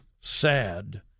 sad